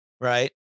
right